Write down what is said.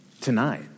tonight